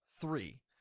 Three